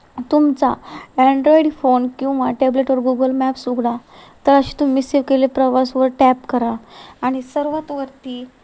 तुमचा Android phone किंवा टॅबलेटवर गुगल मॅप्स उघडा तर असे तुम्ही सेव्ह केलेल्या प्रवासवर टॅब करा आणि सर्वात वरती